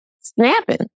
snapping